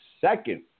second